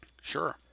Sure